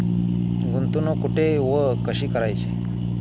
गुंतवणूक कुठे व कशी करायची?